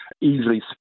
easily